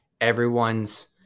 everyone's